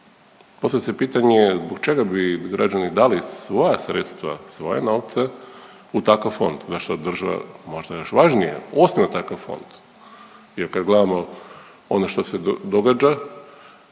Postavlja se pitanje zbog čega bi građani dali svoja sredstva, svoje novce u takav fond? Zašto država, možda još važnije osniva takav fond jer kad gledamo ono što se događa